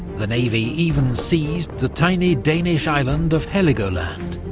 the navy even seized the tiny danish island of heligoland,